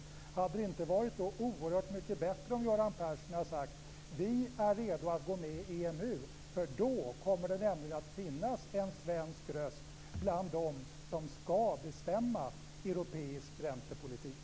Hade det inte varit oerhört mycket bättre om Göran Persson hade sagt: Vi är redo att gå med i EMU, för då kommer det att finnas en svensk röst bland dem som skall bestämma europeisk räntepolitik?